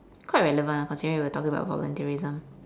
quite relevant ah considering we are talking about volunteerism